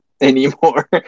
anymore